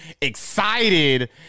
excited